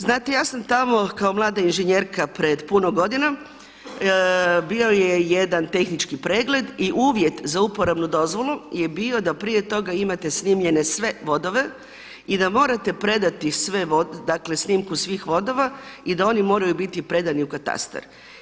Znate, ja sam tamo kao mlada inženjerka pred puno godina, bio je jedan tehnički pregled i uvjet za uporabnu dozvolu je bio da prije toga imate snimljene sve vodove i da morate predati snimku svih vodova i da oni moraju biti predani u katastar.